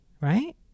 right